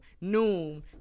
noon